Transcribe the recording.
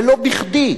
ולא בכדי,